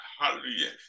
Hallelujah